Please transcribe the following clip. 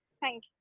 Thank